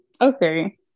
okay